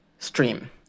stream